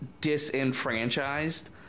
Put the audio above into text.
disenfranchised